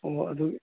ꯑꯣ ꯑꯗꯨ